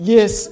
Yes